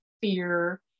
fear